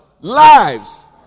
lives